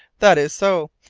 that is so,